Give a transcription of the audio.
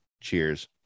Cheers